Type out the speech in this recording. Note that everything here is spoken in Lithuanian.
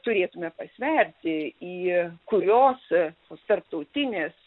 turėtume pasverti į kurios tos tarptautinės